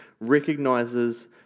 recognizes